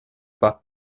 pas